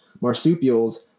marsupials